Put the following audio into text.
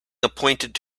appointed